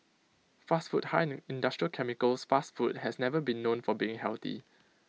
fast food high in industrial chemicals fast food has never been known for being healthy